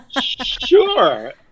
sure